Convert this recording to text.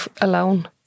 alone